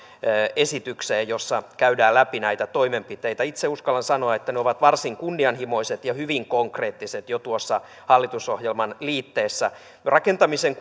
esitykseen jossa käydään läpi näitä toimenpiteitä kannattaa tutustua itse uskallan sanoa että ne ovat varsin kunnianhimoiset ja hyvin konkreettiset jo tuossa hallitusohjelman liitteessä rakentamisen